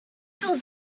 felt